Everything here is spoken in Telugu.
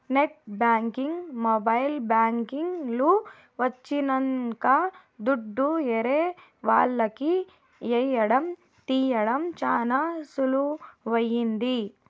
నెట్ బ్యాంకింగ్ మొబైల్ బ్యాంకింగ్ లు వచ్చినంక దుడ్డు ఏరే వాళ్లకి ఏయడం తీయడం చానా సులువైంది